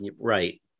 Right